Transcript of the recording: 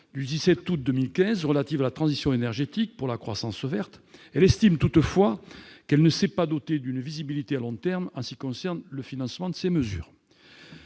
du 17 août 2015 relative à la transition énergétique pour la croissance verte. Elle estime toutefois que la France ne s'est pas dotée d'une visibilité à long terme pour ce qui concerne le financement de ces mesures.